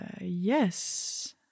Yes